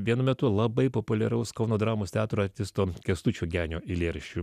vienu metu labai populiaraus kauno dramos teatro artisto kęstučio genio eilėraščių